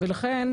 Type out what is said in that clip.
ולכן